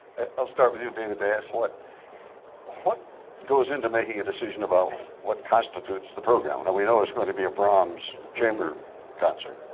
i'll start with you david, to ask what what goes into making a decision about what constitutes the program? and now we know it was going to be a brahms chamber concert.